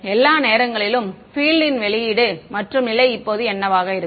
எல்லா நேரங்களிலும் பீல்டி ன் வெளியீடு மற்றும் நிலை இப்போது என்னவாக இருக்கும்